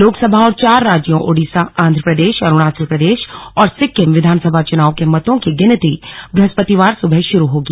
लोकसभा और चार राज्यों ओडीसा आंध प्रदेश अरूणाचल प्रदेश और सिक्किम विधानसभा चुनाव के मतों की गिनती बृहस्पतिवार सुबह शुरू होगी